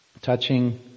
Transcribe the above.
touching